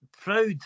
proud